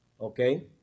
Okay